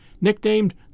nicknamed